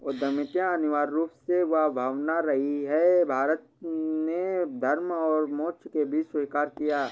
उद्यमिता अनिवार्य रूप से वह भावना रही है, भारत ने धर्म और मोक्ष के बीच स्वीकार किया है